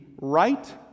right